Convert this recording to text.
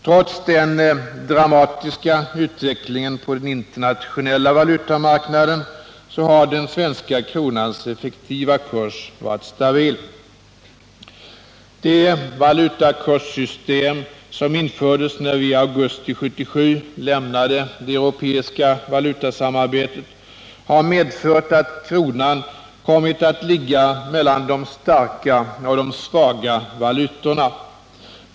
Trots den dramatiska utvecklingen på den internationella valutamarknaden har den svenska kronans effektiva kurs varit stabil. Det valutakurssystem som infördes när vi i augusti 1977 lämnade det europeiska valutasamarbetet har medfört att kronan kommit att ligga mellan de starka och de svaga valutorna.